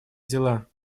дела